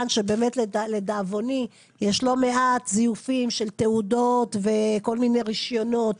לדאבוני יש לא מעט זיופים של תעודות וכל מני רישיונות.